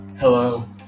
Hello